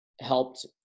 helped